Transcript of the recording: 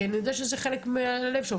כי אני יודעת שזה חלק מהלב שלו.